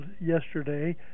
yesterday